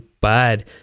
bad